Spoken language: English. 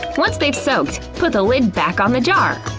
once they've soaked, put the lid back on the jar.